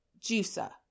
juicer